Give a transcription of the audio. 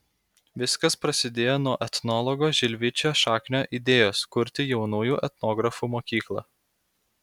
viskas prasidėjo nuo etnologo žilvičio šaknio idėjos kurti jaunųjų etnografų mokyklą